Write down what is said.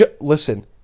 listen